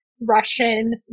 Russian